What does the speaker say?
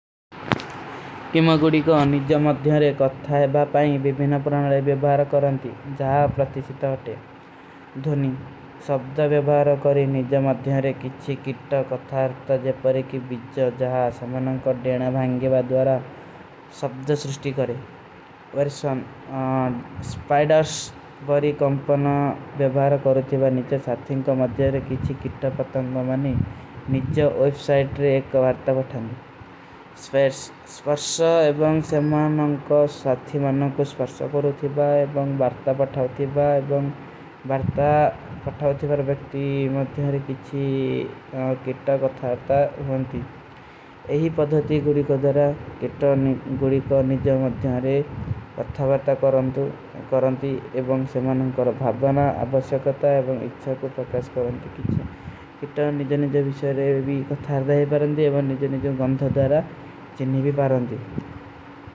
କିମାଗୁଡି କୋ ନିଜା ମଧ୍ଯାରେ କତ୍ଥା ହୈ ବାପାଈଂ ଵିଵିନା ପୁରାନଲେ ଵିଵହାର କରନତୀ ଜା ପ୍ରତିଶିତା ହୋତେ। ସପର୍ଷା ଏବଂଗ ସେମାନାଂ କୋ ସାଥୀ ମାନାଂ କୋ ସପର୍ଷା କରୋ ଥୀବା ଏବଂଗ ବାର୍ଥା ପଠାଓ ଥୀବା ଏବଂଗ ବାର୍ଥା। ପଠାଓ ଥୀବା ବେକ୍ଟୀ ମଧ୍ଯାରେ କିଛୀ କିଟା କଥାରତା ହୋନତୀ। ଏହୀ ପଧତୀ ଗୁରୀ କୋ ଦାରା କିଟା ଗୁରୀ। କୋ ନିଜଵ ମଧ୍ଯାରେ ପଠା ବାର୍ଥା କରନତୀ ଏବଂଗ ସେମାନାଂ କୋ ଭାଵବାନାଂ ଆପଶକତା ଏବଂଗ ଇଚ୍ଛା କୋ ପକାଶ କରନତୀ କିଛା। କିଟା ନିଜଵ ମଧ୍ଯାରେ କିଛୀ କଥାରତା ହୋନତୀ ଏବଂଗ ନିଜଵ ମଧ୍ଯାରେ କିଛୀ ଗଂଧୋ ଦାରା ଚିନନେ ଭୀ ପାରନତୀ।